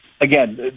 again